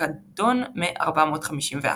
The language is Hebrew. כלקדון מ-451.